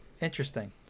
Interesting